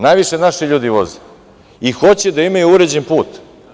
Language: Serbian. Najviše naši ljude voze i hoće da imaju uređen put.